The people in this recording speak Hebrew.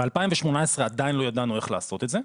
ב-2018 עדיין לא ידענו איך לעשות את זה.